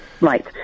Right